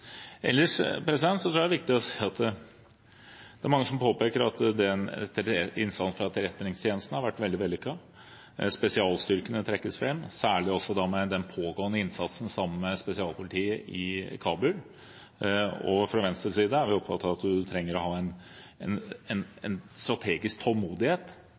tror jeg det er viktig å si at det er mange som påpeker at innsatsen til etterretningstjenesten har vært veldig vellykket. Spesialstyrkene trekkes fram, særlig også ved den pågående innsatsen sammen med spesialpolitiet i Kabul. Fra Venstres side er vi opptatt av at man trenger å ha en strategisk tålmodighet